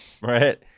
Right